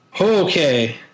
Okay